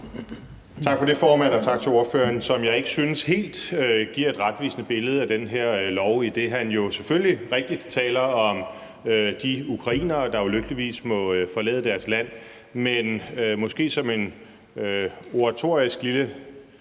Tak for det, formand, og tak til ordføreren, som jeg ikke synes giver et helt retvisende billede af det her lovforslag, idet han jo selvfølgelig rigtigt taler om de ukrainere, der ulykkeligvis må forlade deres land, men måske som en oratorisk lille